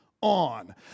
on